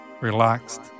relaxed